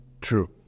true